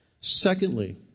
Secondly